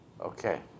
Okay